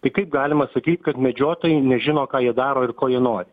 tai kaip galima sakyt kad medžiotojai nežino ką jie daro ir ko jie nori